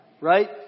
right